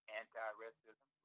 anti-racism